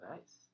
Nice